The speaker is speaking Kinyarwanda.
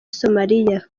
somalia